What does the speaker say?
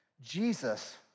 Jesus